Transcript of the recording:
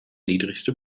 niedrigste